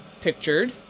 pictured